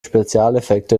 spezialeffekte